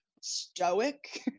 stoic